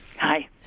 Hi